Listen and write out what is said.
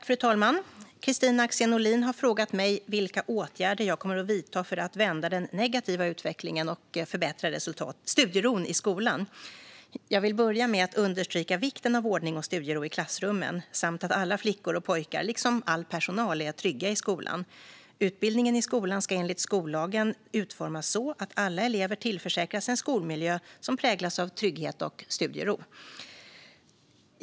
Fru talman! Kristina Axén Olin har frågat mig vilka åtgärder jag kommer att vidta för att vända den negativa utvecklingen och förbättra studieron i skolan. Jag vill börja med att understryka vikten av ordning och studiero i klassrummen samt att alla flickor och pojkar liksom all personal är trygga i skolan. Utbildningen i skolan ska enligt skollagen utformas så att alla elever tillförsäkras en skolmiljö som präglas av trygghet och studiero.